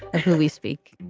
ah who we speak.